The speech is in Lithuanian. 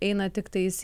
eina tiktais